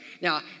Now